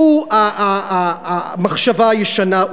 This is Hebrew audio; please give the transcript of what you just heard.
הוא המחשבה הישנה,